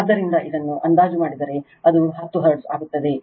ಆದ್ದರಿಂದ ಇದನ್ನು ಅಂದಾಜು ಮಾಡಿದರೆ ಅದು 10 ಹರ್ಟ್ಜ್ ಆಗುತ್ತದೆ